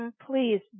Please